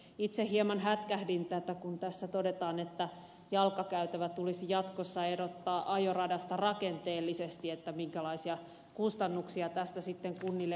itse hieman hätkähdin kun tässä todetaan että jalkakäytävä tulisi jatkossa erottaa ajoradasta rakenteellisesti että minkälaisia kustannuksia tästä sitten kunnille koituu